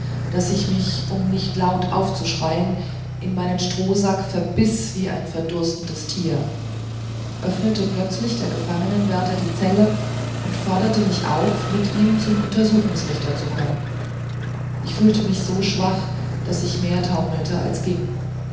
daß ich mich um nicht laut aufzuschreien in meinen strohsack verbiß wie ein verdurstendes tier öffnete plötzlich der gefangenwärter die zelle und forderte mich auf mit ihm zum untersuchungsrichter zu kommen ich fühlte mich so schwach daß ich mehr taumelte als ging